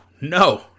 No